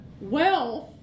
wealth